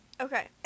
Okay